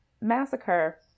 massacre